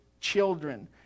children